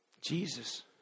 Jesus